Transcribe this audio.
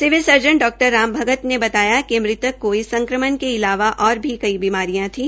civil surgeon Dr Ram Bhagat ने बताया कि मृतक को इस संक्रमण के इलावा और भी कई बीमारियां थी